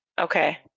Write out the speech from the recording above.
Okay